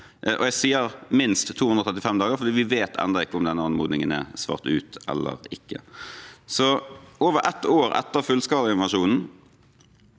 og jeg sier minst 235 dager, for vi vet ennå ikke om anmodningen er svart ut eller ikke. Over ett år etter fullskalainvasjonen